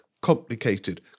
complicated